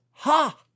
Ha